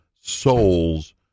souls